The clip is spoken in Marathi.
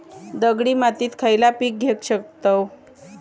दगडी मातीत खयला पीक घेव शकताव?